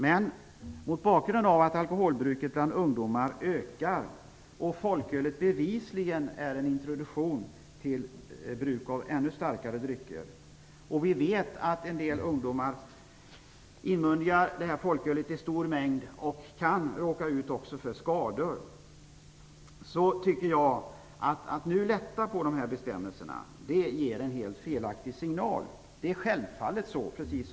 Men mot bakgrund av att alkoholbruket bland ungdomar ökar, att folkölet bevisligen är en introduktion till bruk av ännu starkare drycker och att vi vet att en del ungdomar inmundigar det här folkölet i stor mängd och även kan råka ut för skador, tycker jag att det ger en helt felaktig signal att nu lätta på de här bestämmelserna.